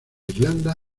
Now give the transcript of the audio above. irlanda